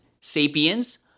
Sapiens